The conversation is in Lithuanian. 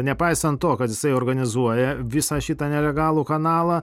nepaisant to kad jisai organizuoja visą šitą nelegalų kanalą